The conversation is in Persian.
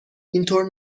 اینطور